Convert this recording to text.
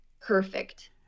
perfect